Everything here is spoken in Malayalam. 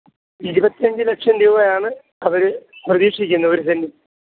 ഇരുപത്തിയഞ്ച് ലക്ഷം രൂപയാണ് അവർ പ്രതീക്ഷിക്കുന്നത് ഒരു സെന്റിന്